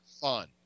fun